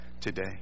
today